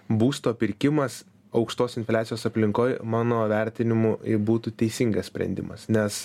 būsto pirkimas aukštos infliacijos aplinkoj mano vertinimu būtų teisingas sprendimas nes